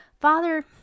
Father